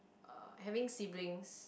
uh having siblings